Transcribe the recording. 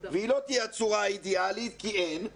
והיא לא תהיה הצורה האידיאלית כי אין,